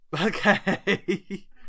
Okay